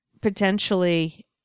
potentially